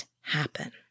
happen